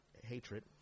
hatred